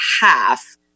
half